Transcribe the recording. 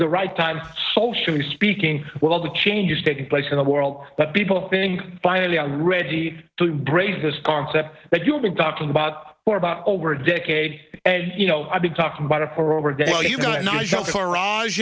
the right time socially speaking with all the changes taking place in the world that people think finally are ready to embrace this concept that you've been talking about for about over a decade and you know i've been talking about it for over